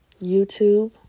YouTube